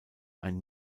ein